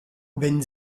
wenn